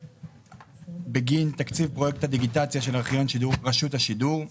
בגין תקציב פרויקט הדיגיטציה של ארכיון רשות השידור,